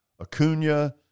Acuna